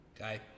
Okay